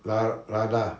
la~ lada